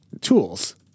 tools